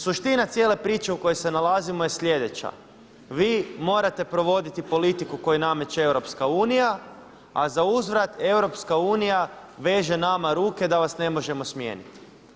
Suština cijele priče u kojoj se nalazimo je sljedeća, vi morate provoditi politiku koju nameće EU, a za uzvrat EU veže nama ruke da vas ne možemo smijeniti.